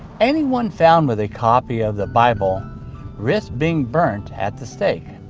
anyone found with a copy of the bible risked being burnt at the stake.